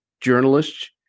journalists